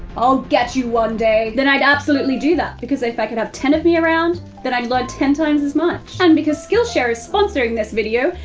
i'll get you one day! then i'd absolutely do that, because if i could have ten of me around, then i'd learn ten times as much. and because skillshare is sponsoring this video,